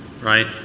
right